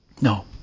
No